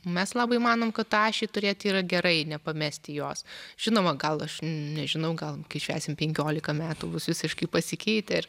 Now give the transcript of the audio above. mes labai manom kad tą ašį turėti yra gerai nepamesti jos žinoma gal aš nežinau gal kai švęsim penkiolika metų bus visiškai pasikeitę ir